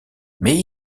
mais